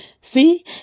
See